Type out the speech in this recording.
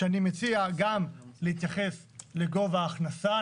כשאני מציע גם להתייחס לגובה ההכנסה,